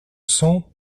cents